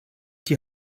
die